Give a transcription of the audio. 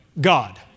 God